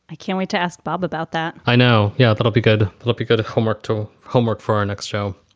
i can't wait to ask bob about that. i know. yeah, that'll be good. let me go to homework. to homework for our next show.